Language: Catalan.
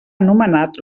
anomenat